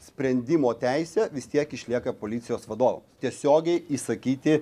sprendimo teisė vis tiek išlieka policijos vadovo tiesiogiai įsakyti